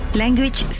language